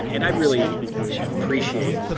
and i really appreciate,